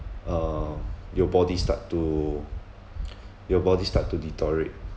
uh your body start to your body start to deteriorate